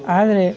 ಆದರೆ